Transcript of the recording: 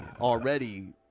already